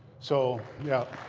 so yeah.